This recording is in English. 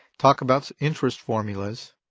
talk about interest formulas.